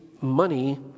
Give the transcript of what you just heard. money